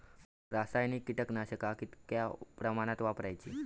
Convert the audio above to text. रासायनिक कीटकनाशका कितक्या प्रमाणात वापरूची?